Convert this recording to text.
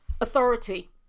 authority